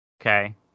okay